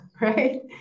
right